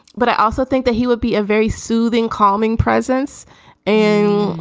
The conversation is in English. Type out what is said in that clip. but i also think that he would be a very soothing, calming presence and,